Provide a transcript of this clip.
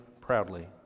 proudly